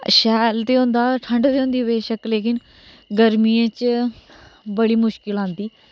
शैल ते होंदा ठंड ते होंदी बेशक लेकिन गर्मियें च बड़ी मुश्किल आंदी